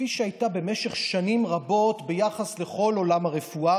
כפי שהייתה במשך שנים רבות ביחס לכל עולם הרפואה,